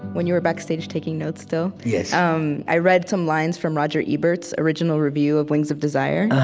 when you were backstage taking notes still, yeah um i read some lines from roger ebert's original review of wings of desire.